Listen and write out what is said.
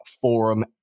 Forum